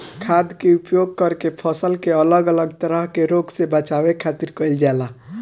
खाद्य के उपयोग करके फसल के अलग अलग तरह के रोग से बचावे खातिर कईल जाला